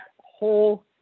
whole